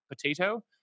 potato